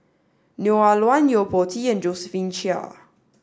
Neo Ah Luan Yo Po Tee and Josephine Chia